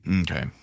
Okay